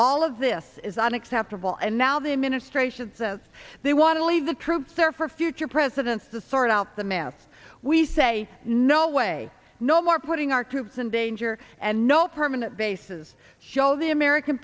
all of this is unacceptable and now the administration says they want to leave the troops there for future presidents the sort out the mess we say no way no more putting our troops in danger and no permanent bases show the american